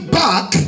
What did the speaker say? back